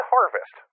Harvest